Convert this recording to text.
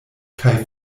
kaj